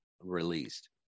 released